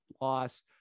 loss